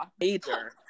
major